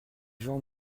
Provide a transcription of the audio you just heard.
gens